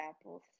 apples